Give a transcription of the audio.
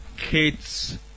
kids